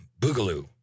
Boogaloo